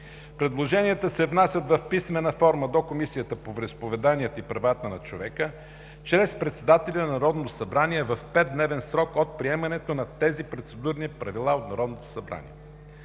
Предложенията се внасят в писмена форма до Комисията по вероизповеданията и правата на човека чрез председателя на Народното събрание в 5-дневен срок от приемането на тези процедурни правила от Народното събрание.